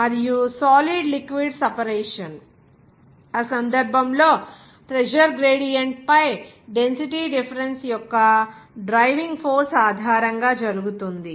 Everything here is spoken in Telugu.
మరియు సాలిడ్ లిక్విడ్ సెపరేషన్ ఆ సందర్భంలో ప్రెజర్ గ్రేడియంట్ పై డెన్సిటీ డిఫరెన్స్ యొక్క డ్రైవింగ్ ఫోర్స్ ఆధారంగా జరుగుతుంది